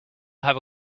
have